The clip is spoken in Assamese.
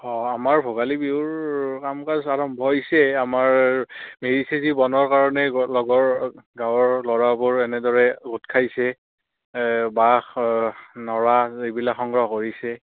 অঁ আমাৰ ভোগালী বিহুৰ কাম কাজ আৰম্ভ হৈছে আমাৰ মেজি চেজি বনোৱাৰ কাৰণে লগৰ গাঁৱৰ ল'ৰাবোৰ এনেদৰে গোট খাইছে বাঁহ নৰা এইবিলাক সংগ্ৰহ কৰিছে